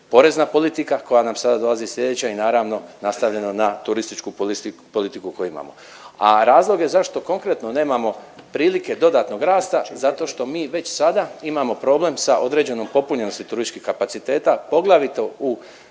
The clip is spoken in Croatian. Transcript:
porezna politika koja nam sada dolazi sljedeća i naravno, nastavljeno na turističku politiku koju imamo. A razloge zašto konkretno nemamo prilike dodatnog rasta, zato što mi već sada imamo problem sa određenom popunjenosti turističkih kapaciteta, poglavito u